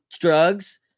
drugs